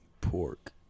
pork